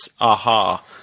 aha